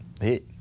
Hit